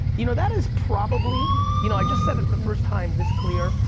you know that is probably, you know, i just said it for the first time this clear,